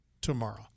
tomorrow